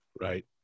Right